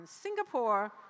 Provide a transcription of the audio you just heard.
Singapore